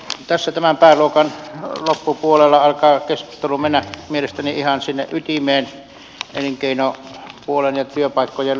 tässä tämän pääluokan loppupuolella alkaa keskustelu mennä mielestäni ihan sinne ytimeen elinkeinopuoleen ja työpaikkojen luomiseen